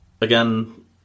again